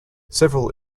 several